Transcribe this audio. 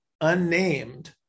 unnamed